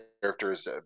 characters